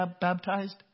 baptized